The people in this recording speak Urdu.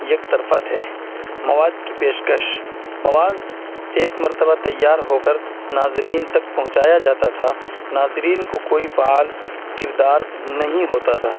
یک طرفہ تھے مواد کی پیشکش مواذ ایک مرتبہ تیار ہو کر ناظرین تک پہنچایا جاتا تھا ناظرین کو کوئی فعال کردار نہیں ہوتا تھا